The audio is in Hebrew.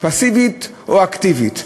פסיבית או אקטיבית.